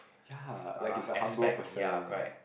ya like he's a humble person